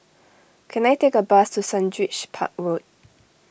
can I take a bus to Sundridge Park Road